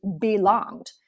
belonged